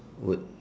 would